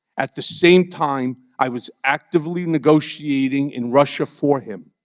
at the same time i was actively negotiating in russia for him,